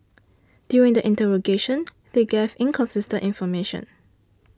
during the interrogation they gave inconsistent information